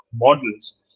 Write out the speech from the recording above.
models